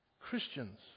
Christians